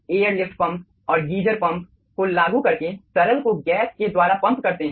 airlift pump और geyser pump को लागू करके तरल को गैस के द्वारा पम्प करते हैं